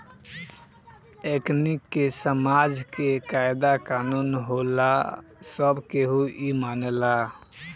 एकनि के समाज के कायदा कानून होला आ सब केहू इ मानेला